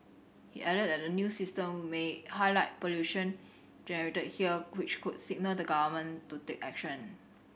he added that the new system may highlight pollution generated here which could signal the Government to take action